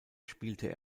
spielte